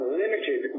limited